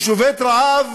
הוא שובת רעב